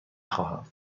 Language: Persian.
خواهم